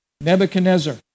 Nebuchadnezzar